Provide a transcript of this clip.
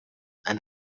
and